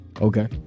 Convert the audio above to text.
okay